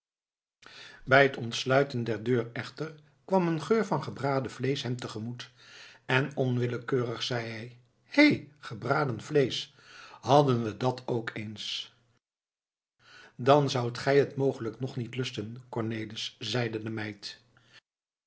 bij het ontsluiten der deur echter kwam een geur van gebraden vleesch hem tegemoet en onwillekeurig zeî hij hé gebraden vleesch hadden we dàt ook eens dan zoudt gij het mogelijk nog niet lusten cornelis zeide de meid